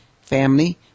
family